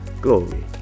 glory